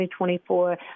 2024